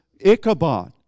Ichabod